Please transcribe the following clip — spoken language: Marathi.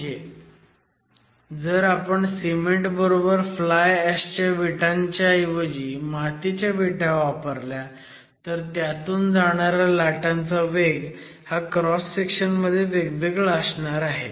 म्हणजे जर आपण सिमेंट बरोबर फ्लाय ऍशच्या विटांच्या ऐवजी मातीच्या विटा वापरल्या तर त्यातून जाणाऱ्या लाटांचा वेग हा क्रॉस सेक्शन मध्ये वेगवेगळा असणार आहे